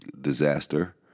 disaster